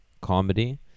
comedy